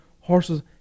horses